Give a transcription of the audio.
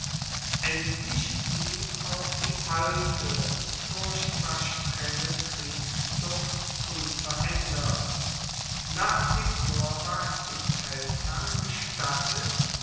endlich blieb auch die alte furchtbar strenge kriegszucht unveraendert nach wie vor war es dem feldherrn gestattet